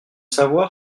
savoir